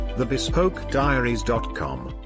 thebespokediaries.com